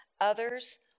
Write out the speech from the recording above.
others